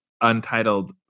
untitled